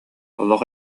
олох